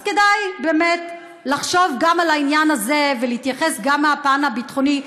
אז כדאי באמת לחשוב גם על העניין הזה ולהתייחס גם מהפן הביטחוני.